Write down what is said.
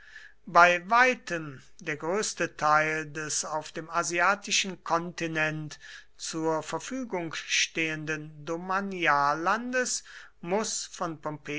bei weitem der größte teil des auf dem asiatischen kontinent zur verfügung stehenden domaniallandes muß von